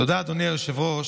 תודה, אדוני היושב-ראש.